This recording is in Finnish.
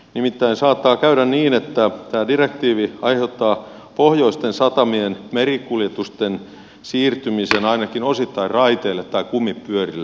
nimittäin saattaa käydä niin että tämä direktiivi aiheuttaa pohjoisten satamien merikuljetusten siirtymisen ainakin osittain raiteille tai kumipyörille